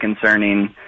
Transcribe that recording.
concerning